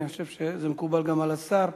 אני חושב שזה מקובל גם על השר.